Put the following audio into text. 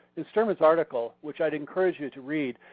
in sterman's article, which i'd encourage you to read,